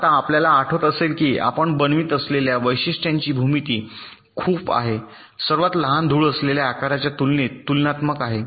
आता आपल्याला आठवत असेल की आपण बनवित असलेल्या वैशिष्ट्यांची भूमिती खूप आहे सर्वात लहान धूळ असलेल्या आकाराच्या तुलनेत तुलनात्मक आहे